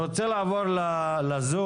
אני רוצה לעבור לזום.